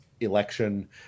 election